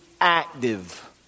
active